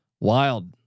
Wild